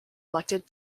elected